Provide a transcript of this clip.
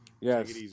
Yes